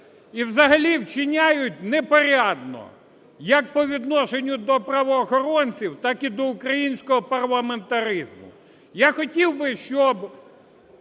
і взагалі вчиняють непорядно як по відношенню до правоохоронців, так і до українського парламентаризму. Я хотів би, щоб